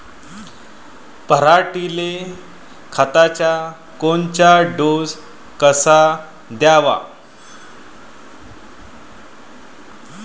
पऱ्हाटीले खताचा कोनचा डोस कवा द्याव?